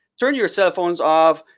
turn your cell phones off.